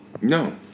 No